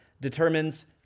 determines